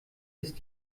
ist